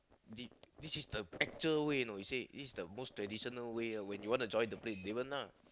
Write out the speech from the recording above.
this this is the actual way you know he say this is the most traditional way ah when you want to join the place Davon nah